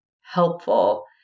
helpful